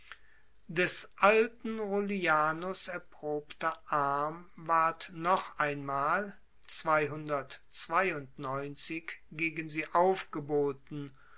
des alten rullianus erprobter arm ward noch einmal gegen sie aufgeboten